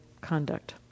conduct